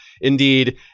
indeed